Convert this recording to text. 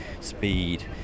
speed